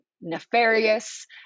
nefarious